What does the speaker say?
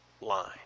line